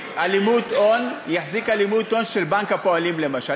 הלימות הון של בנק הפועלים למשל,